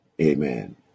amen